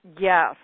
Yes